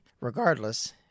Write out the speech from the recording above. Regardless